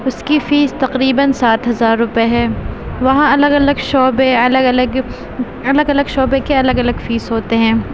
اس كی فیس تقریباً سات ہزار روپئے ہے وہاں الگ الگ شعبے الگ الگ الگ الگ شعبے کے الگ الگ فیس ہوتے ہیں